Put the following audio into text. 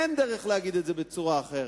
אין דרך להגיד את זה בצורה אחרת.